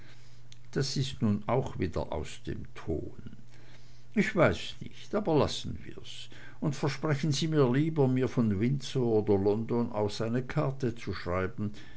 das ist nun auch wieder aus dem ton ich weiß es nicht aber lassen wir's und versprechen sie mir lieber mir von windsor oder london aus eine karte zu schreiben